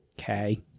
Okay